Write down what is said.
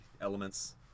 elements